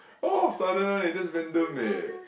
all of a sudden one eh just random eh